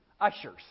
ushers